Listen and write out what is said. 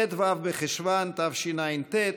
ט"ו בחשוון התשע"ט,